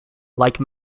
like